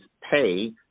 pay